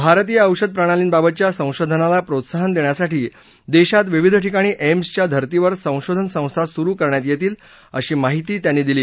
भारतीय औषध प्रणालींबाबतच्या संशोधनाला प्रोत्साहन देण्यासाठी देशात विविध ठिकाणी एम्सच्या धर्तीवर संशोधन संस्था सुरू करण्यात येतील अशी माहिती त्यांनी दिली